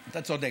אתה צודק.